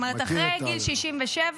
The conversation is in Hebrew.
זאת אומרת, אחרי גיל 67,